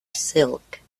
silk